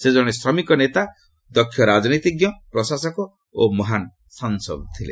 ସେ ଜଣେ ଶ୍ରମିକ ନେତା ଦକ୍ଷ ରାଜନୀତିଜ୍ଞ ପ୍ରଶାସକ ଓ ମହାନ ସାଂସଦ ଥିଲେ